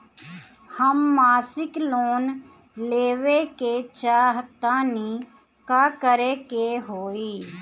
हम मासिक लोन लेवे के चाह तानि का करे के होई?